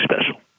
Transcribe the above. special